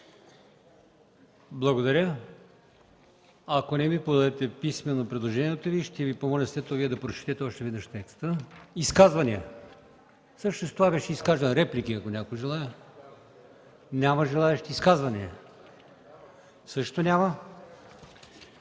Благодаря. Ако не ми подадете писмено предложението Ви, ще Ви помоля след това Вие да прочетете още веднъж текста. Изказвания? Всъщност това беше изказване. Реплики, ако някой желае. Няма желаещи. Изказвания също няма.